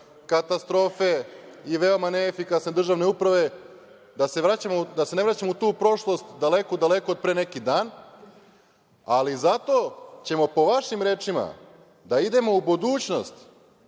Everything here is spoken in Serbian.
katastrofe i veoma neefikasne državne uprave, da se ne vraćamo u tu prošlost, daleko, daleku od pre neki dan, ali zato ćemo po vašim rečima da idemo u budućnost